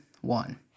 one